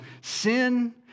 sin